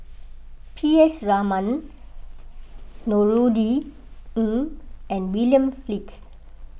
P S Raman Ng and William Flint